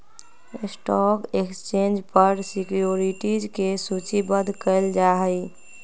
stock exchange पर securities के सूचीबद्ध कयल जाहइ